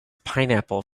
pineapple